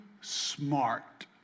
smart